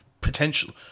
potentially